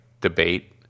debate